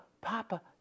Papa